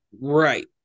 Right